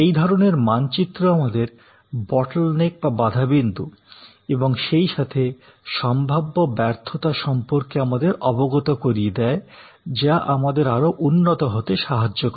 এই ধরণের মানচিত্র আমাদের বটলনেক বা বাধাবিন্দু এবং সেইসাথে সম্ভাব্য ব্যর্থতা সম্পর্কে আমাদের অবগত করিয়ে দেয় যা আমাদের আরো উন্নত হতে সাহায্য করে